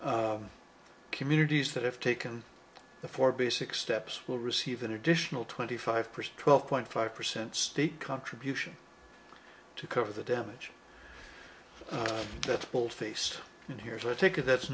losses communities that have taken the four basic steps will receive an additional twenty five percent twelve point five percent state contribution to cover the damage it will face and here's a ticket that's